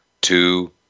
two